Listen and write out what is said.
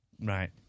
Right